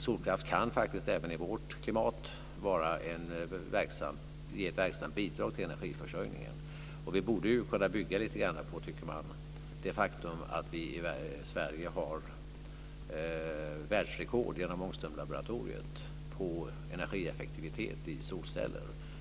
Solkraft kan faktiskt även i vårt klimat ge ett verksamt bidrag till energiförsörjningen. Vi borde kunna bygga lite grann, tycker man, på det faktum att vi i Sverige har världsrekord genom Ångströmslaboratoriet i energieffektivitet i solceller.